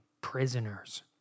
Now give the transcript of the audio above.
prisoners